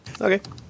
Okay